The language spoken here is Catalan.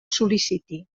sol·liciti